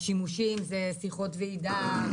שיחות ועידה,